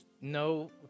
No